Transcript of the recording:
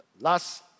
last